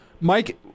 Mike